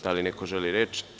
Da li neko želi reč?